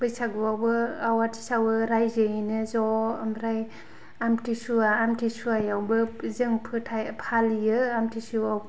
बैसागुआवबो आवाथि सावो रायजोयैनो ज' ओमफ्राय आमथिसुवा आमथिसुवायावबो जों फोथाय फालियो आमथिसुवायाव